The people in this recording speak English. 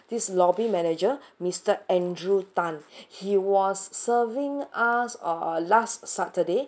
this lobby manager mister andrew Tan he was serving us uh last saturday